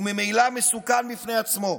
וממילא מסוכן בפני עצמו.